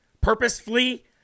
purposefully